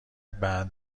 بعد